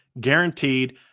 guaranteed